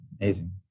Amazing